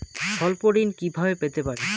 স্বল্প ঋণ কিভাবে পেতে পারি?